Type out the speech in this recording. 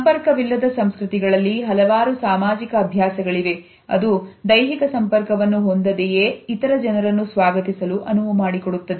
ಸಂಪರ್ಕವಿಲ್ಲದ ಸಂಸ್ಕೃತಿಗಳಲ್ಲಿ ಹಲವಾರು ಸಾಮಾಜಿಕ ಅಭ್ಯಾಸ ಗಳಿವೆ ಅದು ದೈಹಿಕ ಸಂಪರ್ಕವನ್ನು ಹೊಂದಿದೆಯೇ ಇತರ ಜನರನ್ನು ಸ್ವಾಗತಿಸಲು ಅನುವುಮಾಡಿಕೊಡುತ್ತದೆ